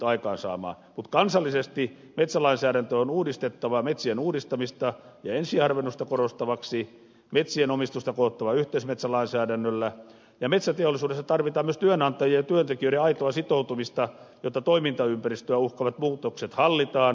mutta kansallisesti metsälainsäädäntö on uudistettava metsien uudistamista ja ensiharvennusta korostavaksi metsien omistusta kohotettava yhteismetsälainsäädännöllä ja metsäteollisuudessa tarvitaan myös työnantajien ja työntekijöiden aitoa sitoutumista jotta toimintaympäristöä uhkaavat muutokset hallitaan